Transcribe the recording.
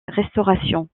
restauration